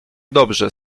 dobrze